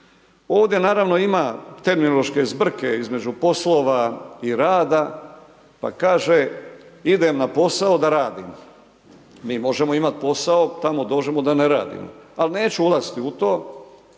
Ovdje naravno ima terminološke zbrke između poslova i rada, pa kaže idem na posao da radim. Mi možemo imati posao tamo dođemo da ne radimo, ali neću ulaziti u to